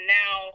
now